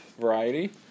variety